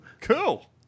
Cool